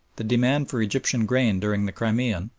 the demand for egyptian grain during the crimean,